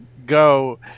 Go